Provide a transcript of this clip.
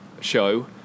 show